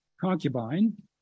concubine